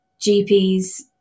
GPs